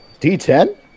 D10